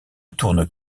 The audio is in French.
tourne